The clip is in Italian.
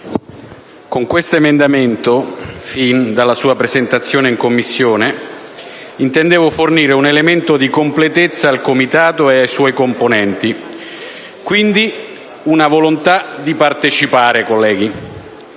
con l'emendamento 1.150, sin dalla sua presentazione in Commissione, intendevo fornire un elemento di completezza al Comitato ed ai suoi componenti e quindi una volontà di partecipare.